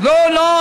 לא, לא.